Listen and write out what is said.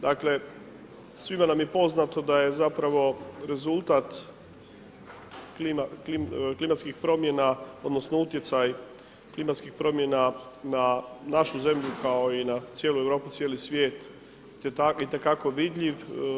Dakle, svima nam je poznato da je zapravo rezultat klimatskih promjena, odnosno utjecaj klimatskih promjena na našu zemlju kao i na cijelu Europu i cijeli svijet itekako vidljiv.